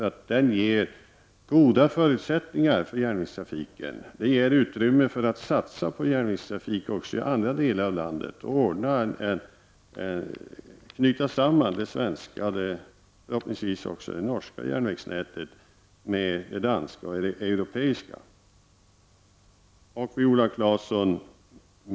Den ger goda förutsättningar för järnvägstrafiken och utrymme för att satsa på järnvägstrafik också i andra delar av landet och knyta samman det svenska, och förhoppningsvis också det norska, järnvägsnätet med det danska och det europeiska.